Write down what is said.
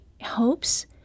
hopes